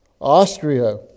Austria